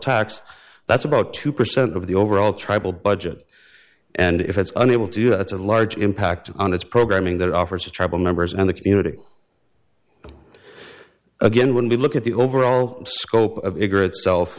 tax that's about two percent of the overall tribal budget and if it's an able to do it's a large impact on its programming that offers a tribal members and the community again when we look at the overall scope of it